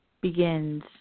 begins